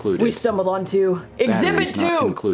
we stumbled onto exhibit two.